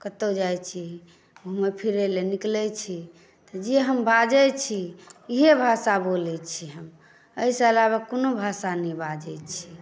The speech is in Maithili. कतहु जाइत छी घुमय फिरय लेल निकलैत छी तऽ जे हम बाजैत छी इएह भाषा बोलैत छी हम एहिसँ अलावा कोनो भाषा नहि बाजैत छी